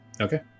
Okay